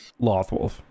Lothwolf